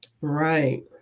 Right